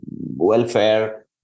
welfare